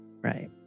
Right